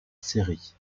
série